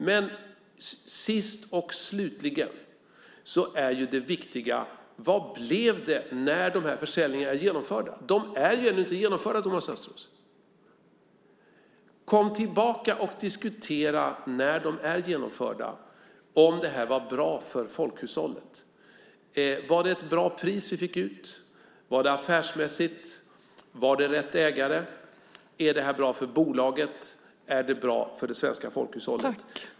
Men sist och slutligen är det viktiga vad det blev när försäljningarna var genomförda. De är ännu inte genomförda, Thomas Östros. Kom tillbaka och diskutera när de är genomförda om det var bra för folkhushållet! Var det ett bra pris vi fick ut? Var det affärsmässigt? Var det rätt ägare? Är detta bra för bolaget? Är det bra för det svenska folkhushållet?